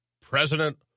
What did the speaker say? President